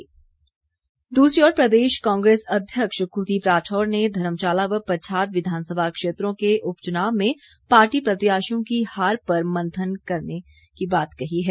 प्रतिक्रिया कांग्रे स दूसरी ओर प्रदेश कांग्रेस अध्यक्ष कुलदीप राठौर ने धर्मशाला व पच्छाद विधानसभा क्षेत्रों के उपचुनाव में पार्टी प्रत्याशियों की हार पर मंथन करने की बात कही है